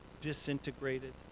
disintegrated